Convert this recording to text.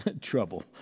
trouble